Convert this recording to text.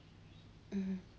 mmhmm